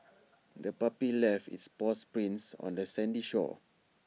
the puppy left its paw prints on the sandy shore